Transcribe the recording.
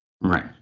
Right